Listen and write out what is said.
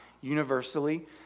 universally